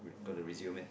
gonna resume it